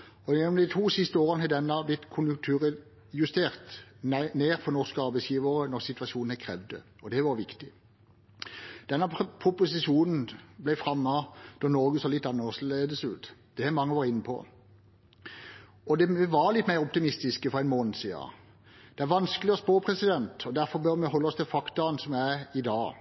og Prop. 16 L. Gjennom de to siste årene har denne perioden blitt konjunkturjustert for norske arbeidsgivere når situasjonen har krevd det. Det har vært viktig. Denne proposisjonen ble fremmet da Norge så litt annerledes ut. Det har mange vært inne på. Vi var litt mer optimistiske for en måned siden. Det er vanskelig å spå, og derfor bør vi holde oss til fakta som er i dag.